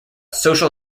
social